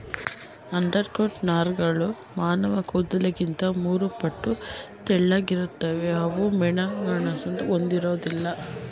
undercoat ನಾರ್ಗಳು ಮಾನವಕೂದ್ಲಿಗಿಂತ ಮೂರುಪಟ್ಟು ತೆಳ್ಳಗಿರ್ತವೆ ಅವು ಉಣ್ಣೆಮೇಣನ ಹೊಂದಿರೋದಿಲ್ಲ